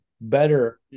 better